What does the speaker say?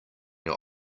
your